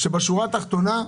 בשורה התחתונה,